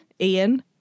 Ian